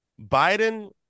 biden